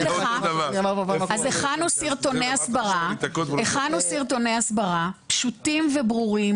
הכנו סרטוני הסברה פשוטים וברורים